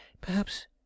Perhaps—